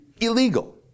illegal